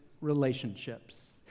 relationships